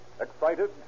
Excited